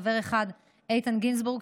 חבר אחד: איתן גינזבורג,